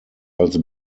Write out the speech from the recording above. als